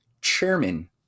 chairman